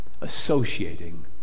associating